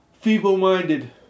feeble-minded